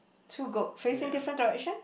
two goats facing different directions